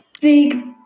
Big